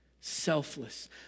Selfless